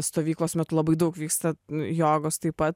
stovyklos metu labai daug vyksta jogos taip pat